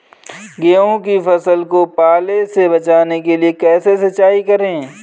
गेहूँ की फसल को पाले से बचाने के लिए कैसे सिंचाई करें?